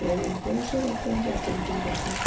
पळय पयशे भरपूर आसा पेंटींग करपाक